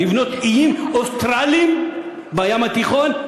לבנות איים אוסטרליים בים התיכון?